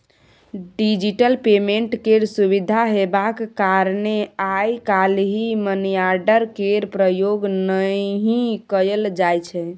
digital payment केर सुविधा हेबाक कारणेँ आइ काल्हि मनीआर्डर केर प्रयोग नहि कयल जाइ छै